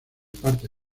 parte